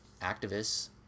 activists